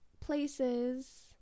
places